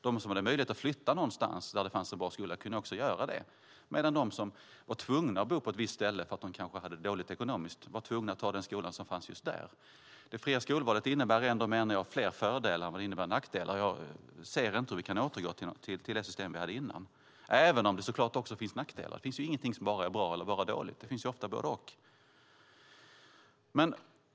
De som hade möjlighet att flytta någonstans där det fanns en bra skola kunde också göra det, medan de som var tvungna att bo på ett visst ställe därför att de kanske hade det dåligt ekonomiskt var tvungna att ta den skola som fanns just där. Det fria skolvalet innebär ändå, menar jag, fler fördelar än det innebär nackdelar. Jag ser inte hur vi kan återgå till det system vi hade innan, även om det så klart också finns nackdelar. Det finns ingenting som bara är bra eller bara dåligt. Det finns ofta både och.